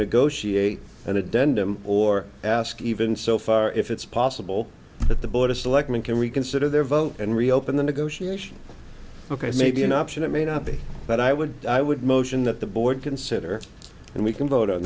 negotiate and a dent him or ask even so far if it's possible that the board of selectmen can reconsider their vote and reopen the negotiation ok maybe an option it may not be but i would i would motion that the board consider it and we can vote on